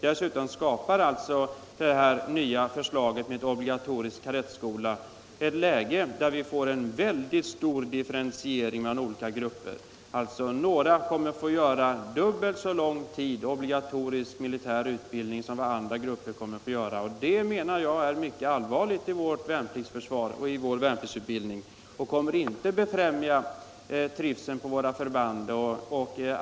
Dessutom skapar det nya förslaget med en obligatorisk kadettskola ett läge med mycket stora differentieringar mellan olika grupper. Några kommer att få göra dubbelt så lång tid obligatorisk militärutbildning som andra grupper. Det menar jag är mycket allvarligt i vår värnpliktsutbildning, och inte kommer det att befrämja trivseln på våra förband.